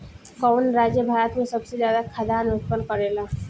कवन राज्य भारत में सबसे ज्यादा खाद्यान उत्पन्न करेला?